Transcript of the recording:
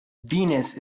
venus